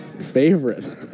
Favorite